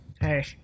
Hey